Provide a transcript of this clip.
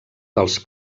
dels